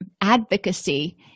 advocacy